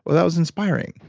but that was inspiring.